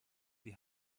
die